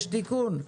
יש תיקון.